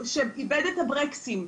שאיבד את הברקסים.